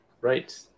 Right